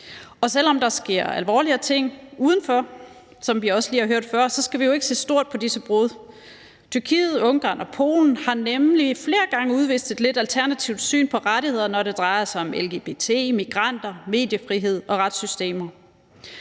Og selv om der sker alvorligere ting udenfor – som vi også lige har hørt før – skal vi jo ikke se stort på disse brud. Tyrkiet, Ungarn og Polen har nemlig flere gange udvist et lidt alternativt syn på rettigheder, når det drejer sig om lgbt, migranter, mediefrihed og retssystemer.